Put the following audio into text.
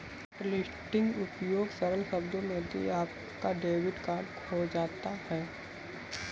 hotlisting उपयोग सरल शब्दों में यदि आपका डेबिट कार्ड खो जाता है